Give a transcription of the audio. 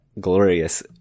glorious